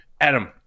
Adam